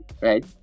right